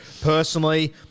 Personally